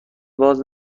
باز